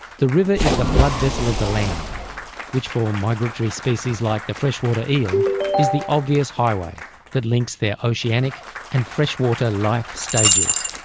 the river is the blood vessel of the land which for migratory species like the freshwater eel is the obvious highway that links their oceanic and freshwater life stages.